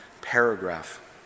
paragraph